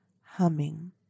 humming